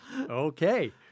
Okay